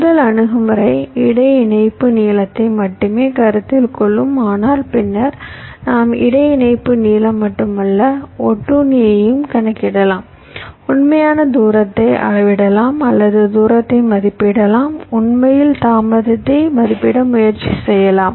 முதல் அணுகுமுறை இடை இணைப்பு நீளத்தை மட்டுமே கருத்தில் கொள்ளும் ஆனால் பின்னர் நாம் இடை இணைப்பு நீளம் மட்டுமல்ல ஒட்டுண்ணியையும் கணக்கிடலாம் உண்மையான தூரத்தை அளவிடலாம் அல்லது தூரத்தை மதிப்பிடலாம் உண்மையில் தாமதத்தை மதிப்பிட முயற்சி செய்யலாம்